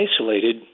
isolated